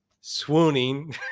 swooning